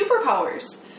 superpowers